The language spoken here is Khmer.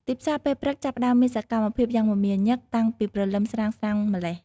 ទីផ្សារពេលព្រឹកចាប់ផ្ដើមមានសកម្មភាពយ៉ាងមមាញឹកតាំងពីព្រលឹមស្រាងៗម៉្លេះ។